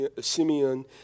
Simeon